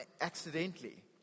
accidentally